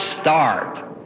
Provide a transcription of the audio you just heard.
start